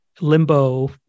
limbo